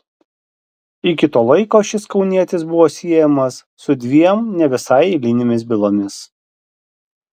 iki to laiko šis kaunietis buvo siejamas su dviem ne visai eilinėmis bylomis